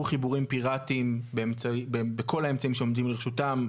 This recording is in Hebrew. חיבורים פיראטיים בכל האמצעים שעומדים לרשותם,